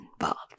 involved